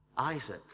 Isaac